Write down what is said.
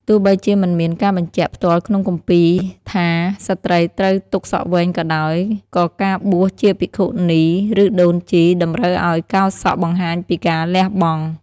ទោះបីជាមិនមានការបញ្ជាក់ផ្ទាល់ក្នុងគម្ពីរថា ស្ត្រីត្រូវទុកសក់វែងក៏ដោយ ក៏ការបួសជាភិក្ខុនីឬដូនជីតម្រូវឲ្យកោរសក់បង្ហាញពីការលះបង់។